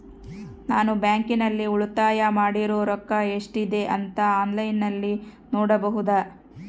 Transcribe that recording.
ನಾನು ಬ್ಯಾಂಕಿನಲ್ಲಿ ಉಳಿತಾಯ ಮಾಡಿರೋ ರೊಕ್ಕ ಎಷ್ಟಿದೆ ಅಂತಾ ಆನ್ಲೈನಿನಲ್ಲಿ ನೋಡಬಹುದಾ?